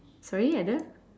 sorry either